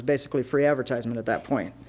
basically free advertising and at that point.